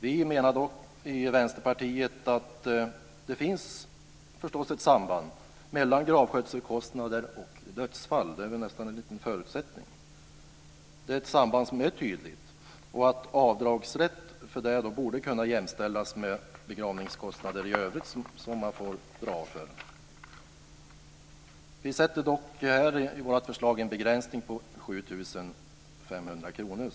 Vi i Vänsterpartiet menar dock att det finns ett samband mellan dödsfall och gravskötselkostnader. Det ena är en förutsättning för det andra. Det är ett tydligt samband, och dessa kostnader borde kunna jämställas med begravningskostnader som redan nu är avdragsgilla. Vi sätter i vårt förslag ett tak vid en kostnad om 7 500 kr.